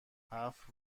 هفت